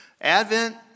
Advent